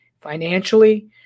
financially